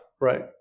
right